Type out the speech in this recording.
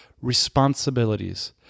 responsibilities